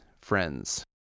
friends